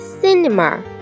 Cinema